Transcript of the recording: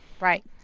Right